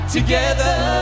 Together